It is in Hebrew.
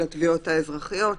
של התביעות האזרחיות,